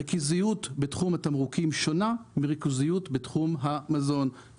ריכוזיות בתחום התמרוקים שונה מריכוזיות בתחום המזון.